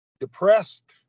Depressed